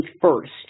first